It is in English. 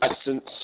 essence